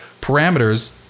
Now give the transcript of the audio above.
parameters